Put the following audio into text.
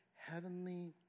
heavenly